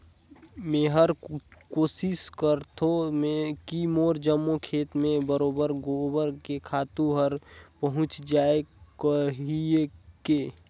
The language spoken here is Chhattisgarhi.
मेहर कोसिस करथों की मोर जम्मो खेत मे बरोबेर गोबर के खातू हर पहुँच जाय कहिके